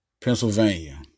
Pennsylvania